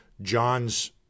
John's